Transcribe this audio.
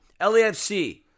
LAFC